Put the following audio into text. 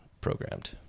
programmed